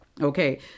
Okay